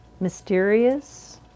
mysterious